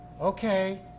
okay